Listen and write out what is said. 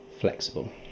flexible